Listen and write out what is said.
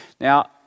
Now